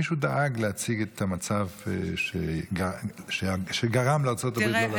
מישהו דאג להציג את המצב שגרם לארצות הברית לא להזמין אותו.